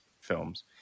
films